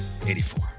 84